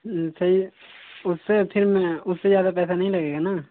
सही है उससे अथी उससे ज्यादा पैसा नहीं लगेगा न